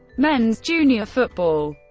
men's junior football